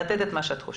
להגיד את מה שאת חושבת.